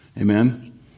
Amen